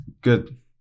good